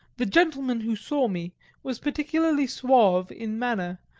the gentleman who saw me was particularly suave in manner,